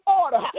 order